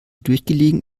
durchgelegen